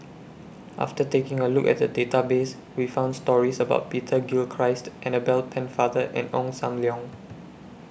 after taking A Look At The Database We found stories about Peter Gilchrist Annabel Pennefather and Ong SAM Leong